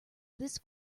this